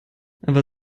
aber